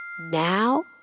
Now